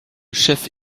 chefs